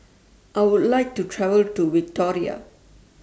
I Would like to travel to Victoria